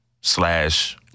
slash